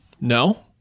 no